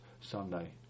Sunday